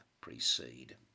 precede